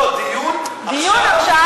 דיון בוועדה.